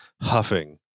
huffing